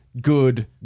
good